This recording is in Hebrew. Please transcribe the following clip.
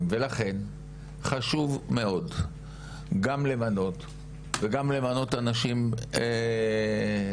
ולכן חשוב מאוד גם למנות וגם למנות אנשים נכונים,